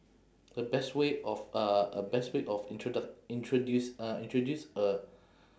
the best way of uh uh best way of introduc~ introduce uh introduce a